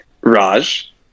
Raj